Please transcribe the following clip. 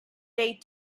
date